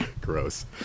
Gross